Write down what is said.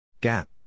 Gap